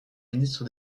ministre